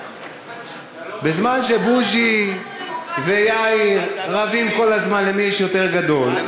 בזמן שבוז'י ויאיר רבים כל הזמן למי יש יותר גדול,